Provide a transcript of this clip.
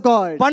God